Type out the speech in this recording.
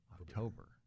October